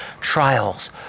trials